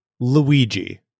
Luigi